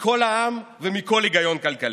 מכל העם ומכל היגיון כלכלי.